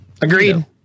Agreed